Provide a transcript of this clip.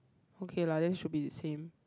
okay lah then should be the same